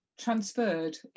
transferred